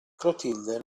clotilde